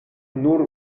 nur